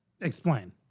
Explain